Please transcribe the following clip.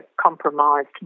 compromised